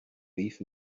beef